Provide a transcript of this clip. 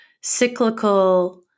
cyclical